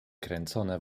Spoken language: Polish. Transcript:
kręcone